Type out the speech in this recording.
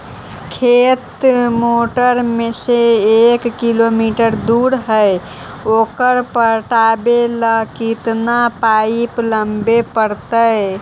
खेत मोटर से एक किलोमीटर दूर है ओकर पटाबे ल केतना पाइप लेबे पड़तै?